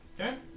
Okay